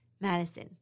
Madison